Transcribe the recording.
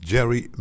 Jerry